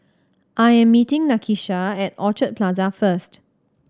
I am meeting Nakisha at Orchard Plaza first